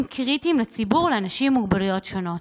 קריטיים לציבור לאנשים עם מוגבלויות שונות.